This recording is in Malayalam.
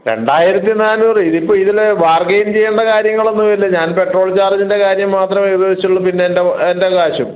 രണ്ടായിരത്തി നാന്നൂറ് ഇതിപ്പോൾ ഇതിൽ ബാർഗെയിൻ ചെയ്യേണ്ട കാര്യങ്ങളൊന്നുമില്ല ഞാൻ പെട്രോൾ ചാർജിൻ്റെ കാര്യം മാത്രമേ ഉദ്ദേശിച്ചുള്ളൂ പിന്നെ എൻ്റെ എൻ്റെ കാശും